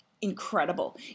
incredible